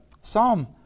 Psalm